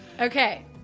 Okay